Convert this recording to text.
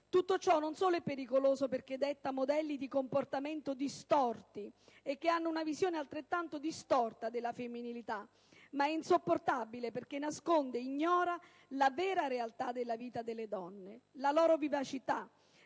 Tutto ciò non solo è pericoloso, perché detta modelli di comportamento distorti e che danno una visione altrettanto distorta della femminilità, ma è insopportabile, perché nasconde, ignora la vera realtà della vita delle donne, la loro vivacità,